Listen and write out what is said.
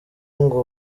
ngo